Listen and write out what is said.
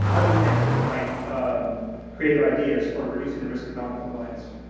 other things that might um creative ideas for reducing the risk of non-compliance.